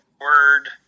word